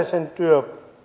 sen